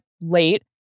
late